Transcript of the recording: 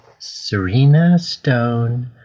Serenastone